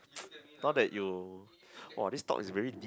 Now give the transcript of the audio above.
now that you !wah! this talk is very deep